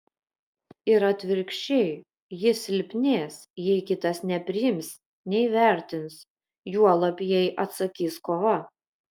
ir atvirkščiai ji silpnės jei kitas nepriims neįvertins juolab jei atsakys kova